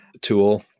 tool